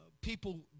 people